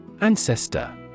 Ancestor